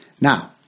Now